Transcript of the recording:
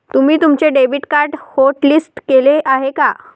तुम्ही तुमचे debit card hotlist केले आहे का?